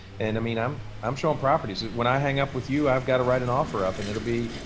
and i mean, i'm i'm showing properties. when i hang up with you, i've got to write an offer up and it'll be,